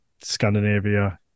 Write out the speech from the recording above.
Scandinavia